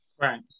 Right